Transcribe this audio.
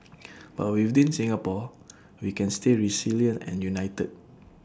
but within Singapore we can stay resilient and united